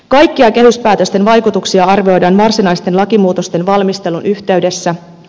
kaikkia kehyspäätösten vaikutuksia arvioidaan varsinaisten lakimuutosten valmistelun yhteydessä